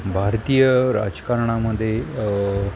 भारतीय राजकारणामध्ये